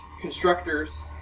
Constructors